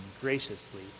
graciously